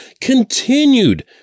continued